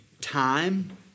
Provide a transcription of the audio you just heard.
time